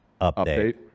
Update